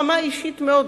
ברמה האישית מאוד,